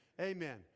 Amen